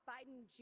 Biden